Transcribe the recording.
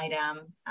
item